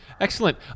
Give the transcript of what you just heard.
Excellent